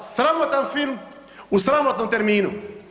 Sramotan film u sramotnom terminu.